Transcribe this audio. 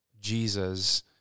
Jesus